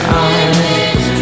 eyes